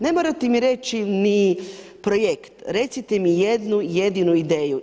Ne morate mi reći ni projekte, recite mi jednu jedinu ideju.